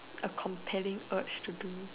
a compelling urge to do